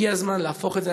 הגיע הזמן להפוך את זה.